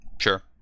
sure